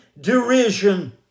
derision